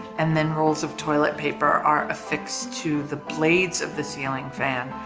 and then rolls of toilet paper are affixed to the blades of the ceiling fan.